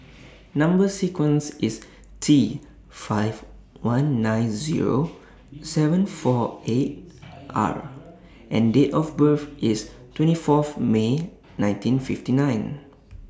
Number sequence IS T five one nine Zero seven four eight R and Date of birth IS twenty Fourth May nineteen fifty nine